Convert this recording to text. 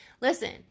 Listen